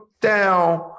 down